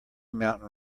mountain